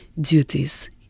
duties